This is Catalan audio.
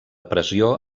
pressió